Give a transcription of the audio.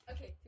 Okay